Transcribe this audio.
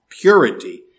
purity